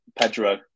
Pedro